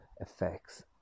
effects